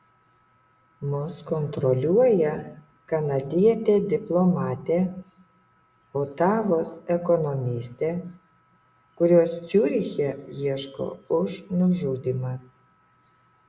mus kontroliuoja kanadietė diplomatė otavos ekonomistė kurios ciuriche ieško už nužudymą